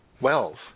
Wells